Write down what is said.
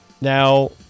Now